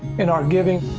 in our giving.